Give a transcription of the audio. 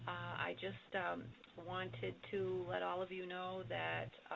i just wanted to let all of you know that